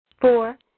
four